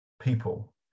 people